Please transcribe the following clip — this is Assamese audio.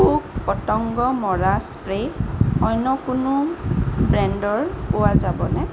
পোক পতঙ্গ মৰা স্প্ৰে অন্য কোনো ব্ৰেণ্ডৰ পোৱা যাবনে